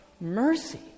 mercy